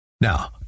Now